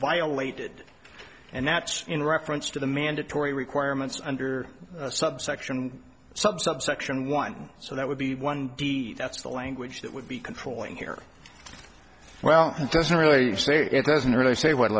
violated and that's in reference to the mandatory requirements under subsection subsection one so that would be one d that's the language that would be controlling here well it doesn't really say it doesn't really say what